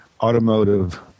automotive